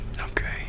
Okay